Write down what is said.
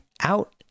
out